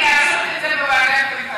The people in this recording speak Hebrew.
לעשות את זה בוועדת הכלכלה.